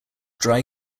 dry